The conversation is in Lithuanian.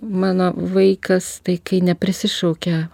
mano vaikas tai kai neprisišaukia